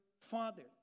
father